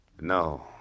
No